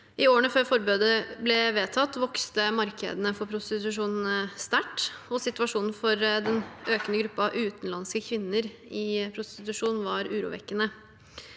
I årene før forbudet ble vedtatt, vokste markedene for prostitusjon sterkt, og situasjonen for den økende gruppen utenlandske kvinner i prostitusjon var urovekkende.